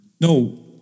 No